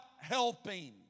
helping